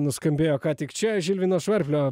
nuskambėjo ką tik čia žilvino švarplio